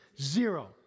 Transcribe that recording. Zero